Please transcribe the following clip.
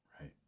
Right